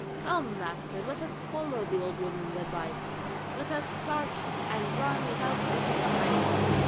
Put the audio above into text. come, master, let us follow the old woman's advice let us start, and run without looking behind us.